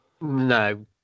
no